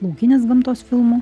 laukinės gamtos filmų